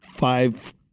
Five